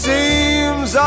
Seems